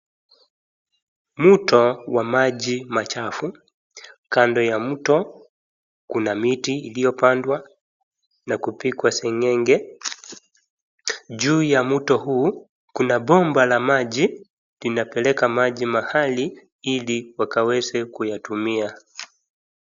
Mto ya maji machafu, kando ya mto kuna miti iliyopandwa na kupigwa seng'enge, juu ya mto huu kuna bomba la maji inapeleka maji mahali ili waweze kuyatumia.